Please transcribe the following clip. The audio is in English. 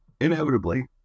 inevitably